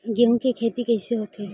गेहूं के खेती कइसे होथे?